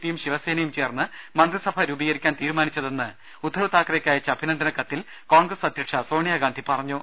പിയും ശിവസേനയും ചേർന്ന് മന്ത്രിസഭ രൂപീകരിക്കാൻ തീരു മാനിച്ചതെന്ന് ഉദ്ധവ് താക്കറെയ്ക്ക് അയച്ച അഭിനന്ദനകത്തിൽ കോൺഗ്രസ് അധ്യക്ഷ സോണിയാഗാന്ധി പറഞ്ഞു